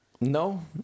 No